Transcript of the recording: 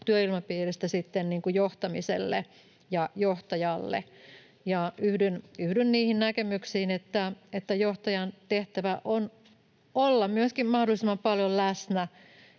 työilmapiiristä sitten johtamiselle ja johtajalle. Yhdyn niihin näkemyksiin, että johtajan tehtävä on olla myöskin mahdollisimman paljon läsnä.